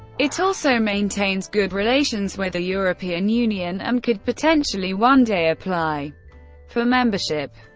it also maintains good relations with the european union and could potentially one day apply for membership.